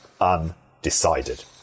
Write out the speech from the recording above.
undecided